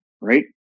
right